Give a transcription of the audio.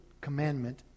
commandment